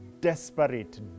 desperate